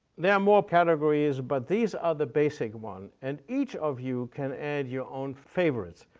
there are more categories, but these are the basic one and each of you can add your own favorites.